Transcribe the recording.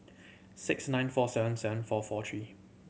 six nine four seven seven four four three